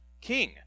king